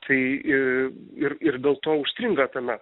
tai i ir ir dėl to užstringa tame